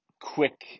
quick